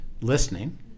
listening